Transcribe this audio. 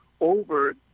over